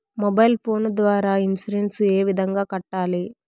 mobile phone ద్వారా insurance ఏ విధంగా కట్టాలి